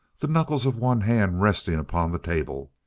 the knuckles of one hand resting upon the table.